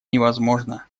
невозможно